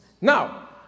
Now